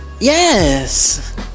yes